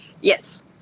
Yes